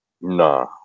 Nah